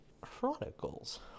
Chronicles